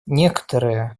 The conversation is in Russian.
некоторые